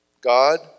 God